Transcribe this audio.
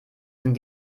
sind